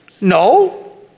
No